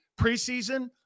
preseason